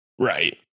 Right